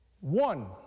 One